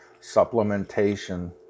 supplementation